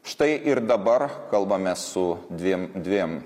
štai ir dabar kalbame su dviem dviem